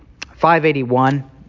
581